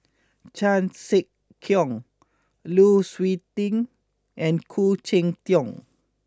Chan Sek Keong Lu Suitin and Khoo Cheng Tiong